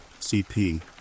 CP